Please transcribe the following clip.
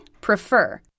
prefer